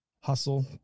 hustle